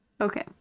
Okay